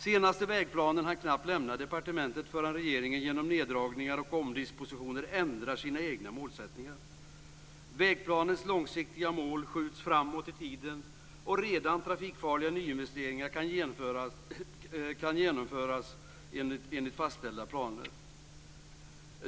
Senaste vägplanen hann knappt lämna departementet förrän regeringen genom neddragningar och omdispositioner ändrade sina egna målsättningar. Vägplanens långsiktiga mål skjuts framåt i tiden, och redan trafikfarliga vägsträckor riskerar skörda nya offer därför att varken underhåll eller nyinvesteringar kan genomföras enligt fastställda planer.